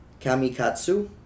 Kamikatsu